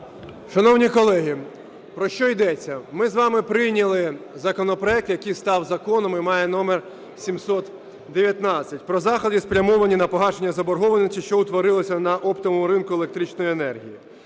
Шановні колеги! Про що йдеться? Ми з вами прийняли законопроект, який став законом і має номер 719 про заходи спрямовані на погашення заборгованості, що утворилася на оптовому ринку електричної енергії.